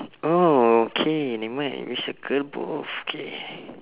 oh okay never mind we circle both K